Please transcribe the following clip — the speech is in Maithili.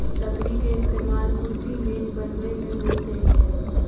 लकड़ी के इस्तेमाल कुर्सी मेज बनबै में होइत अछि